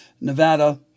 Nevada